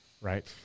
Right